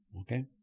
Okay